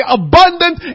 abundant